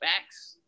Facts